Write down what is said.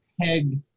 peg